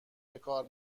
بکار